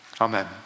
Amen